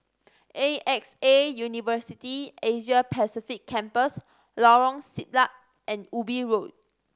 A X A University Asia Pacific Campus Lorong Siglap and Ubi Road